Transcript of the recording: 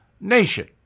nation